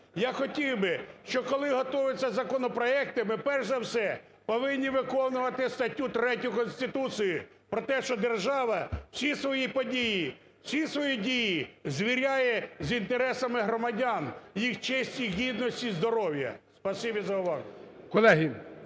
Я хотів би, щоб, коли готуються законопроекти, ми перш за все повинні виконувати статтю 3 Конституції: про те, що держава всі свої події, всі свої дії звіряє з інтересами громадян, їх честі, і гідності, і здоров'я.